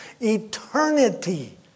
eternity